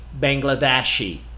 Bangladeshi